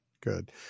Good